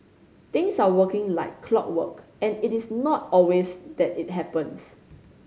things are working like clockwork and it is not always that it happens